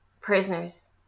prisoners